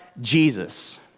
Jesus